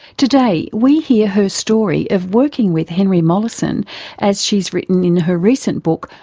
today we hear her story of working with henry molaison as she has written in her recent book,